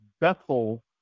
Bethel